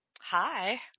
Hi